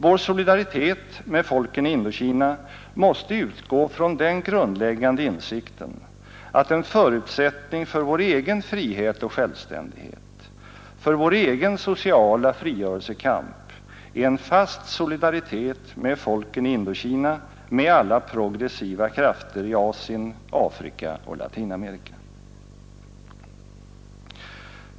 Vår solidaritet med folken i Indokina måste utgå från den grundläggande insikten, att en förutsättning för vår egen frihet och självständighet, för vår egen sociala frigörelsekamp är en fast solidaritet med folken i Indokina, med alla progressiva krafter i Asien, Afrika och Latinamerika.